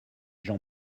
gens